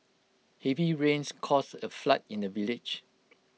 heavy rains caused A flood in the village